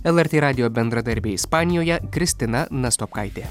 lrt radijo bendradarbė ispanijoje kristina nastopkaitė